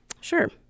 Sure